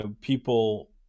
people